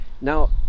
Now